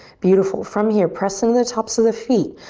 beautiful, from here, press into the tops of the feet,